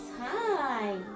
hi